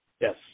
Yes